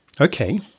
Okay